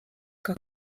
как